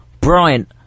bryant